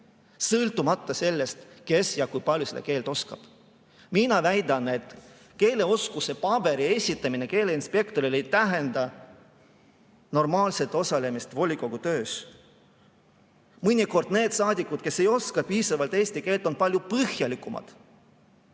sõltumata sellest, kes kui palju seda keelt oskab. Mina väidan, et keeleoskuse paberi esitamine keeleinspektorile ei tähenda veel normaalset osalemist volikogu töös. Mõnikord need saadikud, kes ei oska piisavalt eesti keelt, on palju põhjalikumad